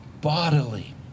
bodily